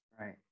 Right